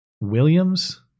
Williams